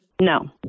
No